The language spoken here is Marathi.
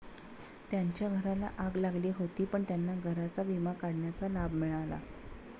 त्यांच्या घराला आग लागली होती पण त्यांना घराचा विमा काढण्याचा लाभ मिळाला